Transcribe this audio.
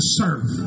serve